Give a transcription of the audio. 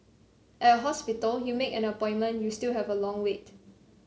at a hospital you make an appointment you still have a long wait